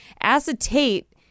Acetate